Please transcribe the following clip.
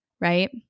right